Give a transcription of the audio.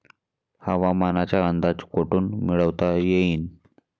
हवामानाचा अंदाज कोठून मिळवता येईन?